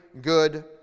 good